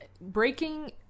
breaking